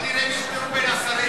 בוא נראה אם יש תיאום בין השרים.